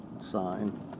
sign